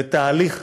בתהליך,